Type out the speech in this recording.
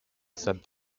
said